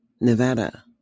Nevada